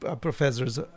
professors